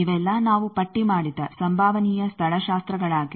ಇವೆಲ್ಲಾ ನಾವು ಪಟ್ಟಿ ಮಾಡಿದ ಸಂಭವನೀಯ ಸ್ಥಳಶಾಸ್ತ್ರಗಳಾಗಿವೆ